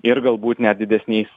ir galbūt net didesniais